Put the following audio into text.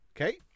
Okay